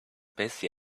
bessie